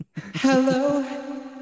hello